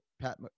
Pat